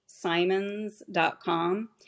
simons.com